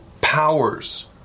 powers